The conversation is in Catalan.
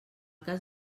cas